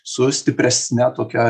su stipresne tokia